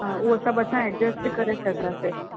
हा उहो सभु असां एडजेस्ट करे छॾिदासि